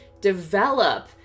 Develop